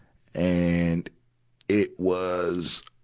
and it was,